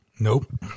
Nope